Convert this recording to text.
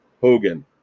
Hogan